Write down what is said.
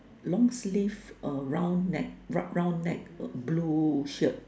long sleeve uh round neck rub round neck blue shirt